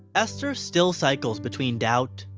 esther still cycles between doubt,